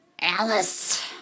Alice